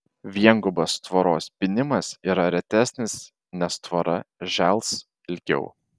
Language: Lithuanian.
viengubas tvoros pynimas yra retesnis nes tvora žels ilgiau